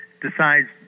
decides